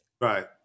Right